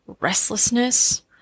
restlessness